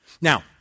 Now